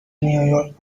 نییورک